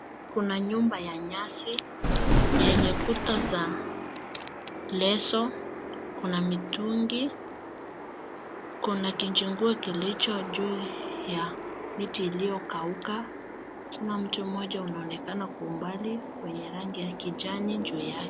Kuna nyumba ya nyasi ,kuna mitungi kuna jungu kuu iliyo juu ya miti iliyokauka, kuna mti moja inayoonekana kwa umbali ya rangi ya kijani.